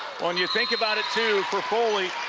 well, and you think about it, too, for foley,